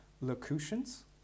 locutions